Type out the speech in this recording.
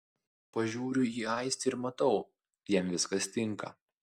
pažiūriu į aistį ir matau jam viskas tinka